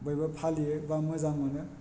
बयबो फालियो बा मोजां मोनो